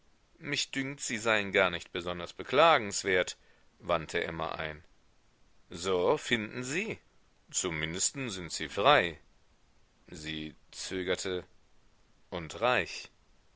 mich dünkt sie seien gar nicht besonders beklagenswert wandte emma ein so finden sie zum mindesten sind sie frei sie zögerte und reich